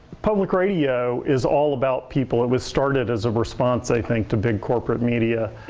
public radio is all about people. it was started as a response, i think, to big corporate media.